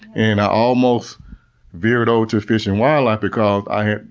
and i almost veered over to fish and wildlife because i had,